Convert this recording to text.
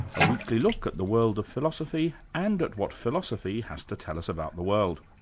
a weekly look at the world of philosophy and at what philosophy has to tell us about the world.